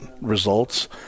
results